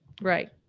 Right